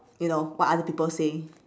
you know what other people say